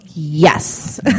Yes